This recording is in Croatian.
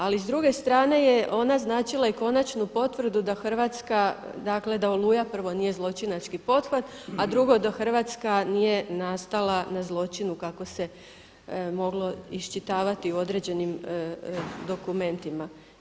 Ali s druge strane je ona značila i konačnu potvrdu da Hrvatska, dakle da Oluja prvo nije zločinački pothvat, a drugo da Hrvatska nije nastala na zločinu kako se moglo iščitavati u određenim dokumentima.